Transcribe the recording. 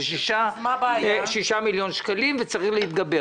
זה 6 מיליון שקלים וצריך להתגבר על זה.